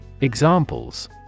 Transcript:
Examples